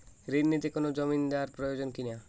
ঋণ নিতে কোনো জমিন্দার প্রয়োজন কি না?